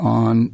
on